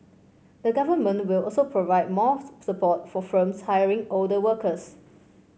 the government will also provide more support for firms hiring older workers